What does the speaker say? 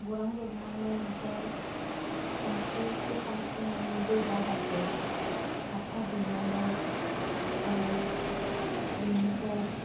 गलां जोबनानै आमफ्राय सानस्रिसे सानस्रिनानै दै दाहारजों थाबथाहैनायलाय आरो बिनिफ्राय